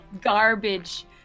garbage